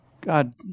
God